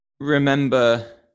remember